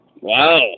Wow